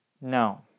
No